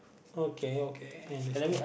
okay okay understand